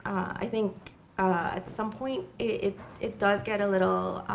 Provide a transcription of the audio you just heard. i think, at some point it it does get a little